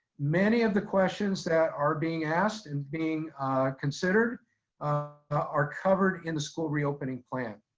many of the questions that are being asked and being considered are covered in the school reopening plan.